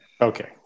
Okay